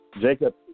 Jacob